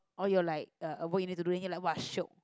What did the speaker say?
all your like uh what you need to doing [wah] shiok